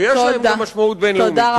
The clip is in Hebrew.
ויש להם גם משמעות בין-לאומית.